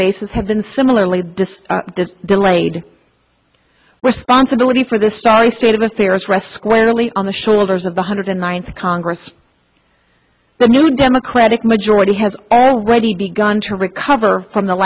bases have been similarly delayed responsibility for the starry state of affairs rests squarely on the shoulders of the hundred ninth congress the new democratic majority has already begun to recover from the